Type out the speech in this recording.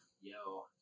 Yo